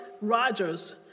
Rogers